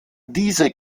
diese